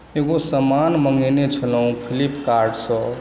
एगो समान मँगेने छलहुँ फ्लिपकार्ट सँ